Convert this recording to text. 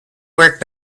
work